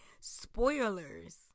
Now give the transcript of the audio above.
spoilers